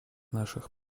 наших